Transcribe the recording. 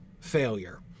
failure